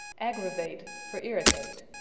aggravate for irritate.